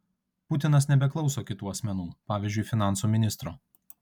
putinas nebeklauso kitų asmenų pavyzdžiui finansų ministro